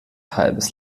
halbes